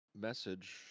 message